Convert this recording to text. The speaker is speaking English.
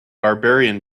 barbarian